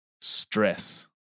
stress